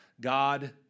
God